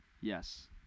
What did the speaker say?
Yes